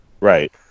Right